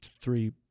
three